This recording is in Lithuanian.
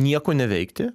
nieko neveikti